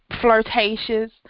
Flirtatious